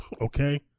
okay